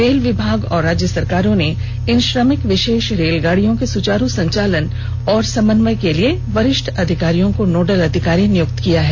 rail विभाग और राज्य सरकारों ने इन श्रमिक विशेष रेलगाडियों के सुचारू संचालन और समन्वय के लिए वरिष्ठ अधिकारियों को नोडल अधिकारी नियुक्त किया है